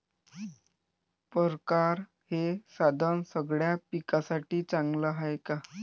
परकारं हे साधन सगळ्या पिकासाठी चांगलं हाये का?